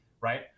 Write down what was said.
right